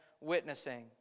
witnessing